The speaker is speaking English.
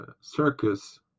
circus